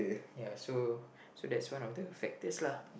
ya so so that's one of the factors lah